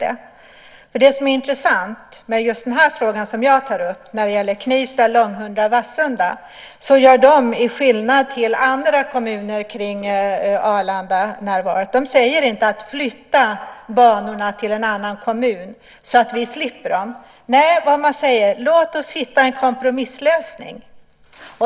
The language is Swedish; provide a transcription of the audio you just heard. Det som är intressant med just Knivsta, Långhundra och Vassunda som jag tar upp i min fråga är att dessa, till skillnad från andra kommuner kring Arlanda, inte säger: Flytta banorna till en annan kommun så att vi slipper dem! Nej, vad man säger är: Låt oss hitta en kompromisslösning!